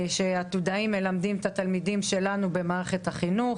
כשעתודאים מלמדים את התלמידים שלנו במערכת החינוך.